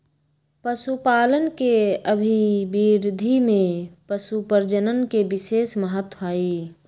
पशुपालन के अभिवृद्धि में पशुप्रजनन के विशेष महत्त्व हई